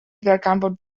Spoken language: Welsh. ddarganfod